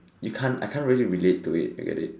you can't I can't really relate to it you get it